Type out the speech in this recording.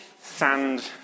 sand